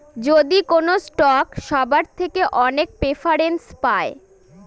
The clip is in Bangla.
যদি কোনো স্টক সবার থেকে অনেক প্রেফারেন্স পায়